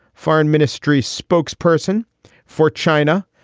foreign ministry spokesperson for china.